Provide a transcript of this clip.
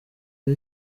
ari